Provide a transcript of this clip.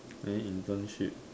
and then internship